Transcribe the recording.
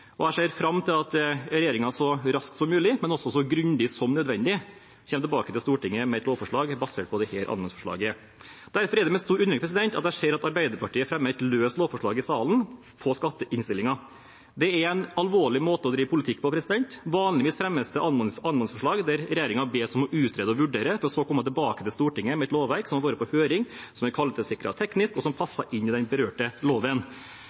annet. Jeg ser fram til at regjeringen så raskt som mulig, men også så grundig som nødvendig, kommer tilbake til Stortinget med et lovforslag basert på dette anmodningsforslaget. Derfor er det med stor undring jeg ser at Arbeiderpartiet fremmer et løst lovforslag i salen på skatteinnstillingen. Det er en alvorlig måte å drive politikk på. Vanligvis fremmes det anmodningsforslag der regjeringen bes om å utrede og vurdere for så å komme tilbake til Stortinget med et lovverk som har vært på høring, som er kvalitetssikret teknisk, og som passer inn i den berørte loven.